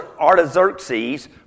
Artaxerxes